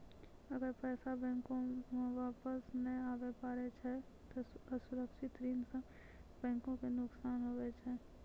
अगर पैसा बैंको मे वापस नै आबे पारै छै ते असुरक्षित ऋण सं बैंको के नुकसान हुवै छै